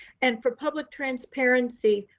and for public transparency,